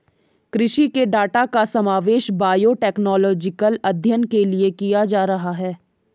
कृषि के डाटा का समावेश बायोटेक्नोलॉजिकल अध्ययन के लिए किया जा रहा है